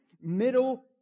middle